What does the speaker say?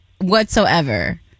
whatsoever